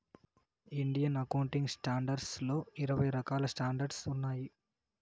Indian accounting standards లో ఇరవై రకాల స్టాండర్డ్స్ ఉన్నాయి